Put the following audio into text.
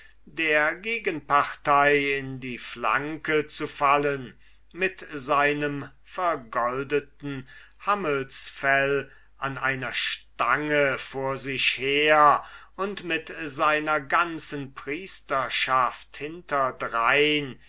der gegenpartei in die flanke zu fallen mit seinem vergoldeten hammelsfell an einer stange vor sich her und mit seiner ganzen priesterschaft hinterdrein